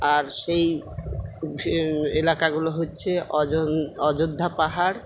আর সেই এলাকাগুলো হচ্ছে অযোধ্যা পাহাড়